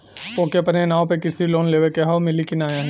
ओके अपने नाव पे कृषि लोन लेवे के हव मिली की ना ही?